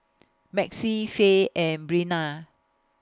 Maxie Fae and Brenna